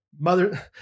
Mother